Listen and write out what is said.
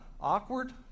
awkward